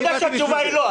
אני יודע שהתשובה היא לא,